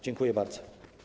Dziękuję bardzo.